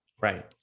Right